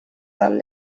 dal